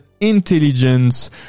intelligence